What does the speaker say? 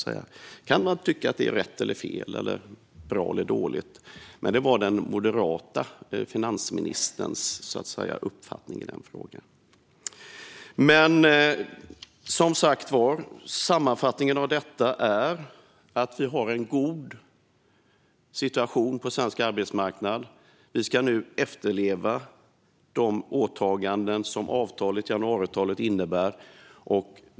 Man kan tycka att det var rätt eller fel, bra eller dåligt, men det var den moderata finansministerns uppfattning i frågan. Sammanfattningen av detta är att vi har en god situation på svensk arbetsmarknad. Vi ska nu efterleva de åtaganden som januariavtalet innebär.